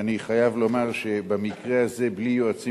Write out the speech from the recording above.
ואני חייב לומר שבמקרה הזה בלי יועצים